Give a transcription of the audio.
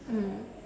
mmhmm